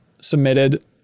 submitted